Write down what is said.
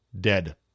dead